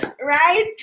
right